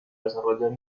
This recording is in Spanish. desarrollar